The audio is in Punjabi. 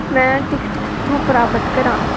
ਮੈਂ ਟਿਕਟ ਕਿੱਥੋਂ ਪ੍ਰਾਪਤ ਕਰਾਂ